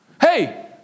Hey